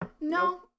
No